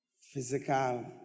physical